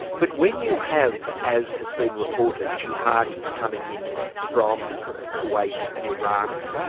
but when you have, as has been reported, jihadis coming in from kuwait and iraq,